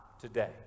today